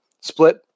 split